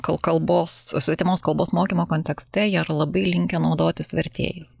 kol kalbos svetimos kalbos mokymo kontekste jie yra labai linkę naudotis vertėjais